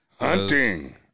Hunting